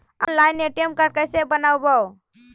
Online ATM card कैसे बनाबौ?